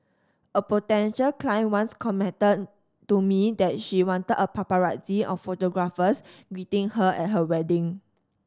a potential client once commented to me that she wanted a paparazzi of photographers greeting her at her wedding